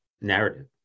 narrative